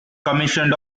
commissioned